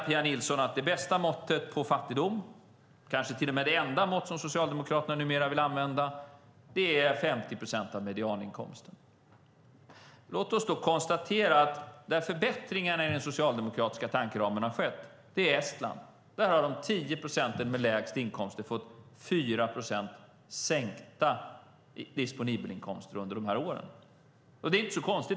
Pia Nilsson menar att det bästa måttet på fattigdom, kanske till och med det enda mått som Socialdemokraterna numera vill använda, är 50 procent av medianinkomsten. Låt oss då konstatera att det land där förbättringar enligt den socialdemokratiska tankeramen har skett är Estland. Där har de 10 procenten med lägst inkomst fått 4 procents sänkta disponibla inkomster under de här åren. Det är inte så konstigt.